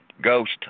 ghost